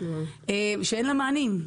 שאין לה מענים.